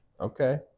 Okay